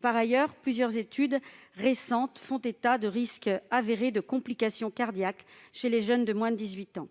Par ailleurs, plusieurs études récentes font état de risques avérés de complications cardiaques chez les jeunes de moins de 18 ans.